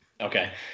Okay